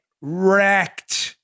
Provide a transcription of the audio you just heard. wrecked